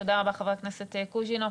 חבר הכנסת קוז'ינוב.